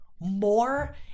more